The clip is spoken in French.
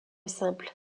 simple